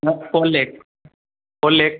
no four lakh four lakh